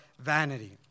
vanity